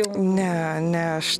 ne ne aš